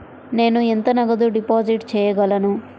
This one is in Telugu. నేను ఎంత నగదు డిపాజిట్ చేయగలను?